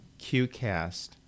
QCAST